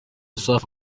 safi